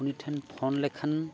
ᱩᱱᱤᱴᱷᱮᱱ phone ᱞᱮᱠᱷᱟᱱ